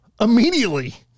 immediately